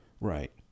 Right